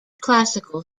classical